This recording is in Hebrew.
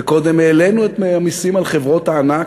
וקודם העלינו את תנאי המסים על חברות הענק,